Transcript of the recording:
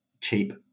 cheap